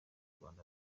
rwanda